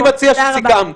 סיכמת.